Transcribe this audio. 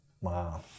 Wow